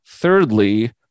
Thirdly